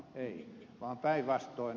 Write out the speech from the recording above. ei vaan päinvastoin